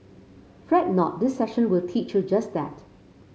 fret not this session will teach you just that